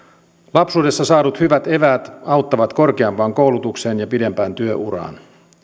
lapsuudessa saadut hyvät eväät auttavat korkeampaan koulutukseen ja pidempään työuraan